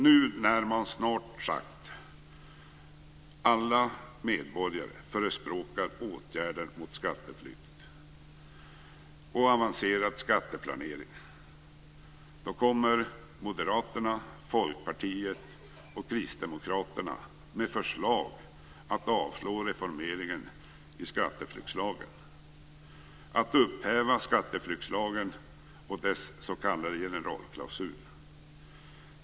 Nu, när snart sagt alla medborgare förespråkar åtgärder mot skatteflykt och avancerad skatteplanering, kommer Moderaterna, Folkpartiet och Kristdemokraterna med förslag om avslag vad gäller reformeringen av skatteflyktslagen. Det handlar om att upphäva skatteflyktslagen och dess s.k. generalklausul.